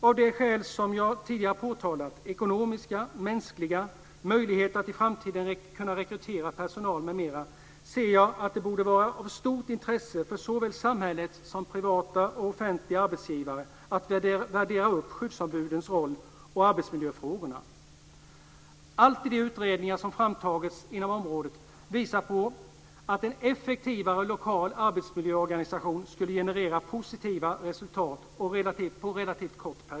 Av de skäl som jag tidigare påtalat - ekonomiska, mänskliga, möjlighet att i framtiden kunna rekrytera personal m.m. - ser jag att det borde vara av stort intresse för såväl samhället som privata och offentliga arbetsgivare att värdera upp skyddsombudens roll och arbetsmiljöfrågorna. Allt i de utredningar som framtagits inom området visar på att en effektivare lokal arbetsmiljöorganisation skulle generera positiva resultat på relativt kort period.